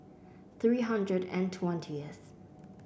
three hundred and twentieth